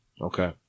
Okay